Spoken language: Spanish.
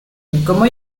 cómo